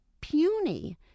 puny